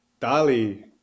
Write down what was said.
Dali